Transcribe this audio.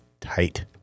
tight